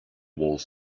wars